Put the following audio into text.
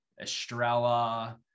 Estrella